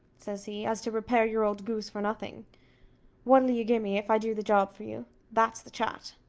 says he, as to repair your old goose for nothing what'll you gi' me if i do the job for you that's the chat,